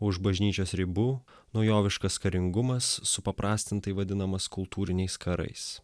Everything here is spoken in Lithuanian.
už bažnyčios ribų naujoviškas karingumas supaprastintai vadinamas kultūriniais karais